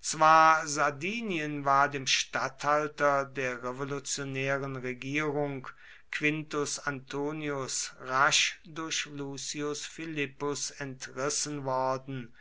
zwar sardinien war dem statthalter der revolutionären regierung quintus antonius rasch durch lucius philippus entrissen worden